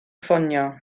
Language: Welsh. ffonio